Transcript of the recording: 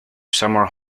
summer